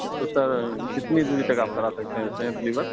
تو سر کتنی دوری تک آپ کرا سکتے ہیں سیم ڈلیور